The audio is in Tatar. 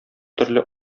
төрле